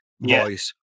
voice